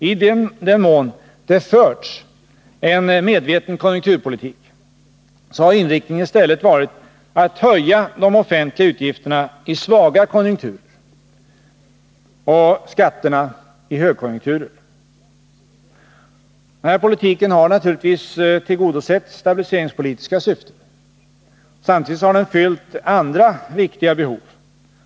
I den mån det förts en medveten konjunkturpolitik har inriktningen i stället varit att höja de offentliga utgifterna i svaga konjunkturer och skatterna i högkonjunkturer. Denna politik har naturligtvis tillgodosett stabiliseringspolitiska syften. Samtidigt har den fyllt andra viktiga behov.